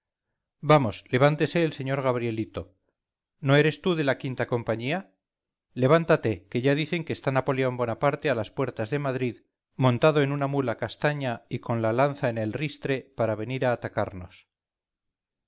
vamos levántese el señor gabrielito no eres tú de la quinta compañía levántate que ya dicen que está napoleón bonaparte a las puertas de madrid montado en una mula castaña y con la lanza en el ristre para venir a atacarnos